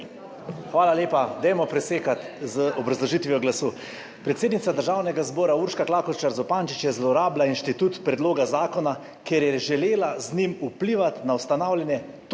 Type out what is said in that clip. Hvala lepa. Dajmo presekati z obrazložitvijo glasu. Predsednica Državnega zbora Urška Klakočar Zupančič je zlorabila institut predloga zakona, ker je želela z njim vplivati na ustanavljanje točno